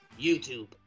YouTube